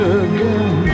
again